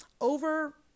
Over